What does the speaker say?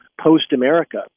post-America